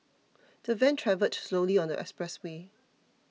the van travelled slowly on the expressway